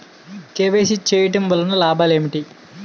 KYC చేయటం వలన లాభాలు ఏమిటి?